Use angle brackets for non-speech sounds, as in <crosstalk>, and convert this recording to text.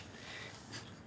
<breath>